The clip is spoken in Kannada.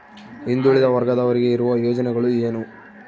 ಹಿಂದುಳಿದ ವರ್ಗದವರಿಗೆ ಇರುವ ಯೋಜನೆಗಳು ಏನು?